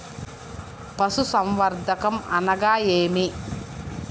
పశుసంవర్ధకం అనగా ఏమి?